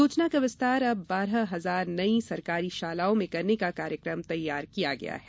योजना का विस्तार अब बारह हजार नई सरकारी शालाओं में करने का कार्यक्रम तैयार कर दिया गया है